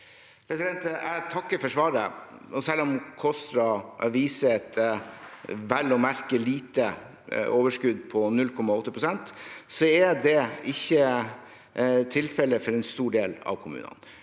Jeg takker for svaret. Selv om KOSTRA viser et vel å merke lite overskudd på 0,8 pst., er ikke det tilfellet for en stor del av kommunene.